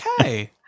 okay